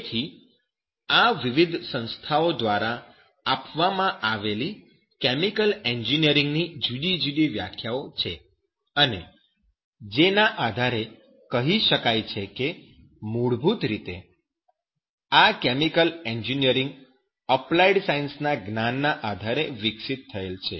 તેથી આ વિવિધ સંસ્થાઓ દ્વારા આપવામાં આવેલી કેમિકલ એન્જિનિયરીંગ ની જુદી જુદી વ્યાખ્યાઓ છે અને જેના આધારે કહી શકાય છે કે મૂળભૂત રીતે આ કેમિકલ એન્જિનિયરીંગ અપ્લાઈડ સાયન્સ ના જ્ઞાનના આધારે વિકસિત થયેલ છે